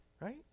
right